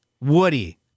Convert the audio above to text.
Woody